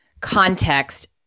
context